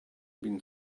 been